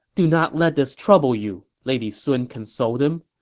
do not let this trouble you, lady sun consoled him.